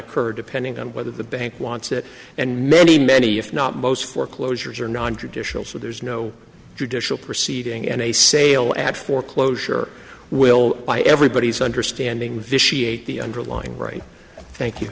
occur depending on whether the bank wants it and many many if not most foreclosures are nontraditional so there's no judicial proceeding and a sale at foreclosure will buy everybody's understanding vitiate the underlying right thank you